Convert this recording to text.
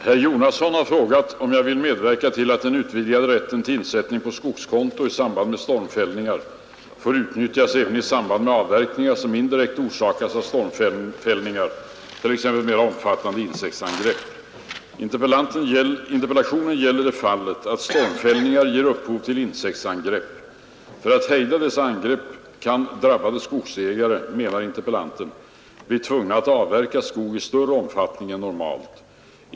Herr talman! Herr Jonasson har frågat mig om jag vill medverka till att den utvidgade rätten till insättning på skogskonto i samband med stormfällningar får utnyttjas även i samband med avverkningar, som indirekt orsakas av storm fällningar, t.ex. vid mera omfattande insektsangrepp. Interpellationen gäller det fallet att stormfällningar gett upphov till insektsangrepp. För att hejda dessa angrepp kan drabbade skogsägare, menar interpellanten, bli tvungna att avverka skog i större omfattning än normalt.